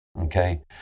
Okay